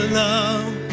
love